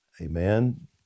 Amen